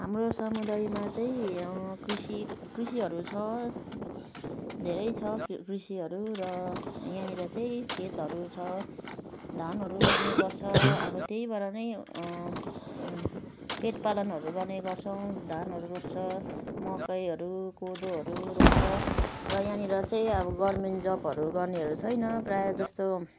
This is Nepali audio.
हाम्रो समुदायमा चाहिँ कृषि कृषिहरू छ धेरै छ कृषिहरू र यहाँनिर चाहिँ खेतहरू छ धानहरू रोप्ने गर्छ अब त्यहीबाट नै पेट पालनहरू गर्ने गर्छौँ धानहरू रोप्छ मकैहरू कोदोहरू रोप्छ र यहाँनिर अब गभर्मेन्ट जबहरू गर्नेहरू छैन प्राय जस्तो